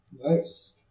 Nice